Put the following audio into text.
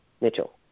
Mitchell